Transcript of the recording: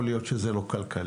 יכול להיות שזה לא כלכלי,